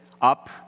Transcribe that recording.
up